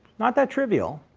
not that trivial.